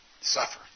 Suffer